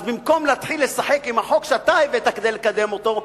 אז במקום להתחיל לשחק עם החוק שאתה הבאת כדי לקדם אותו,